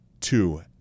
two